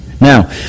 Now